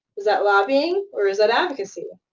is that lobbying or is that advocacy?